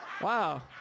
Wow